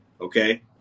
Okay